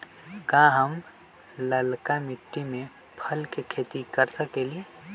का हम लालका मिट्टी में फल के खेती कर सकेली?